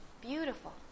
Beautiful